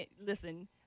listen